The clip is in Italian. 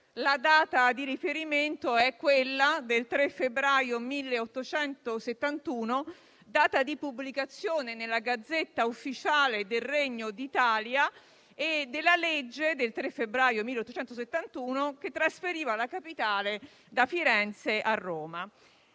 La data di riferimento è quella del 3 febbraio 1871, data di pubblicazione nella *Gazzetta Ufficiale* del Regno d'Italia della legge n. 33, appunto del 3 febbraio 1871, che trasferiva la capitale da Firenze a Roma.